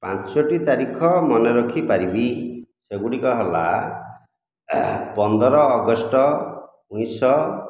ପାଞ୍ଚଟି ତାରିଖ ମାନେ ରଖିପାରିବି ସେଗୁଡ଼ିକ ହେଲା ପନ୍ଦର ଅଗଷ୍ଟ ଉଣେଇଶ ଶହ